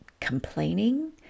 complaining